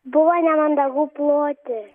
buvo nemandagu ploti